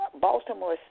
Baltimore